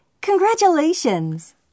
Congratulations